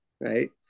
right